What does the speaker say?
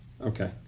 Okay